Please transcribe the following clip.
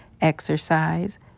exercise